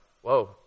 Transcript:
whoa